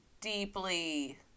deeply